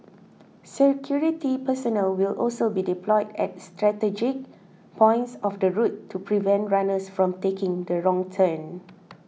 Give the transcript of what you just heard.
security personnel will also be deployed at strategic points of the route to prevent runners from taking the wrong turn